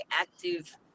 active